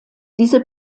diese